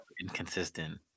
inconsistent